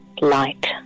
light